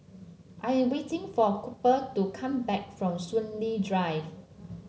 I am waiting for Cooper to come back from Soon Lee Drive